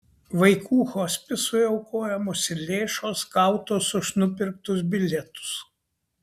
vaikų hospisui aukojamos ir lėšos gautos už nupirktus bilietus